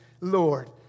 Lord